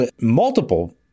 multiple